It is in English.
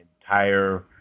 entire